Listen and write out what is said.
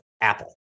Apple